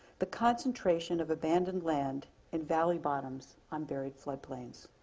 the concentration of abandoned land in valley bottoms, on buried flood plains.